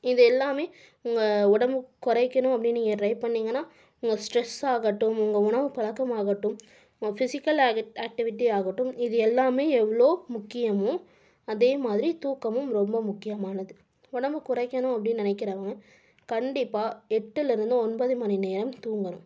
இது எல்லாம் உங்கள் உடம்ப குறைக்கணும் அப்படீன்னு நீங்கள் ட்ரை பண்ணிங்கன்னா உங்கள் ஸ்ட்ரெஸ் ஆகட்டும் உங்கள் உணவு பழக்கமாகட்டும் உங்கள் பிசிக்கல் ஆக்டிவிட்டி ஆகட்டும் இது எல்லாம் எவ்வளோ முக்கியமோ அதேமாதிரி தூக்கமும் ரொம்ப முக்கியமானது உடம்பை குறைக்கணும் அப்டீன்னு நினைக்கிறவங்க கண்டிப்பாக எட்டுலேருந்து ஒன்பது மணி நேரம் தூங்கணும்